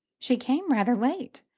she came rather late,